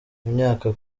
imyaka